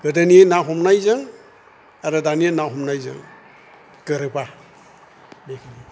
गोदोनि ना हमनायजों आरो दानि हमनायजों गोरोबा बेखिनि